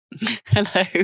Hello